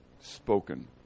spoken